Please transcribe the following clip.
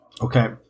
Okay